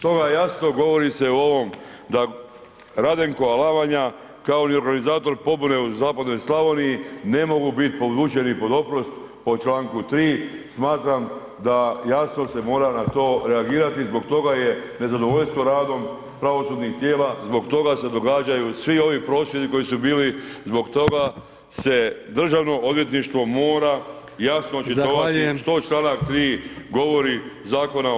To vam jasno govori se o ovom, da Radenko Alavanja kao ... pobune u zapadnoj Slavoniji ne mogu bit podvučeni pod oprost po članku 3., smatram da jasno se mora na to reagirati, zbog toga je nezadovoljstvo radom pravosudnih tijela, zbog toga se događaju svi ovi prosvjedi koji su bili, zbog toga se Državno odvjetništvo mora jasno očitovati što članak 3. govori Zakona o